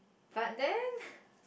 but then